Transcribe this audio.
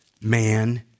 man